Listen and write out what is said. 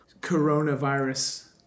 coronavirus